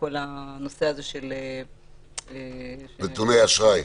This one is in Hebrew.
כל הנושא הזה של -- נתוני אשראי.